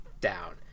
down